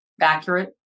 accurate